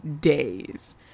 days